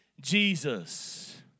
Jesus